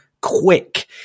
quick